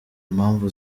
impamvu